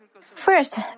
First